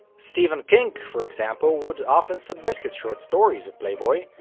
stephen king, for example, would often submit his short stories at playboy,